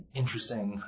interesting